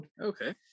Okay